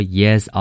yes